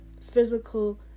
physical